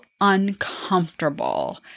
uncomfortable